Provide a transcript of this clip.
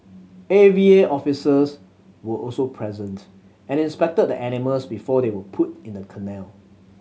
A V A officers were also present and inspected the animals before they were put in the kennel